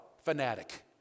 fanatic